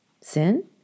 Sin